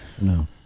No